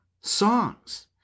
songs